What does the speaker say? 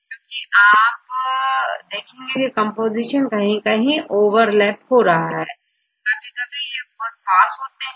क्योंकि आप देखेंगे की कंपोजीशन कहीं कहीं ओवरलैप हो रहा है कभी कभी यह बहुत पास होता है